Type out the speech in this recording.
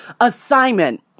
assignment